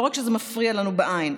לא רק שזה מפריע לנו בעין,